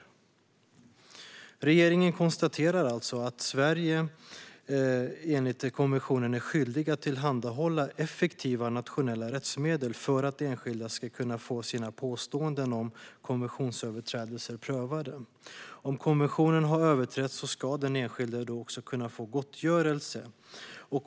Regeringen konstaterar alltså att Sverige enligt konventionen är skyldigt att tillhandahålla effektiva nationella rättsmedel för att enskilda ska få sina påståenden om konventionsöverträdelser prövade. Om konventionen har överträtts ska den enskilde kunna få gottgörelse.